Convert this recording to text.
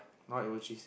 what would she say